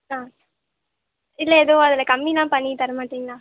ஆ இல்லை எதுவும் அதில் கம்மியெலாம் பண்ணி தரமாட்டிங்களா